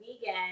vegan